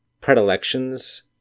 predilections